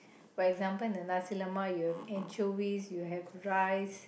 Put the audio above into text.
for example in the nasi-lemak you have anchovies you have rice